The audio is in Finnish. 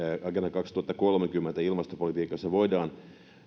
agenda kaksituhattakolmekymmentä ilmastopolitiikassa voidaan